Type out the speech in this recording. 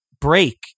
break